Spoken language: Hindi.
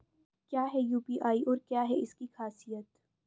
क्या है यू.पी.आई और क्या है इसकी खासियत?